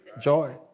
Joy